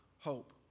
hope